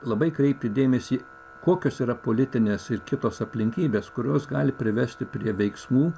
labai kreipti dėmesį kokios yra politinės ir kitos aplinkybės kurios gali privesti prie veiksmų